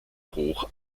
hoch